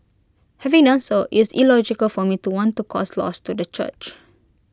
having done so IT is illogical for me to want to cause loss to the church